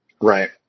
right